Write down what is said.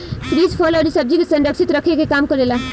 fridge फल अउरी सब्जी के संरक्षित रखे के काम करेला